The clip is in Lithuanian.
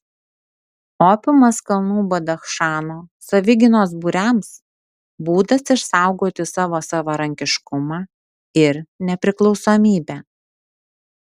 opiumas kalnų badachšano savigynos būriams būdas išsaugoti savo savarankiškumą ir nepriklausomybę